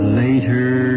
later